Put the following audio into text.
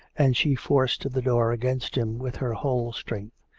and she forced the door against him with her whole strength.